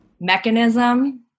Mechanism